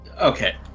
okay